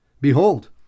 Behold